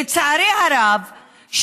לצערי הרב,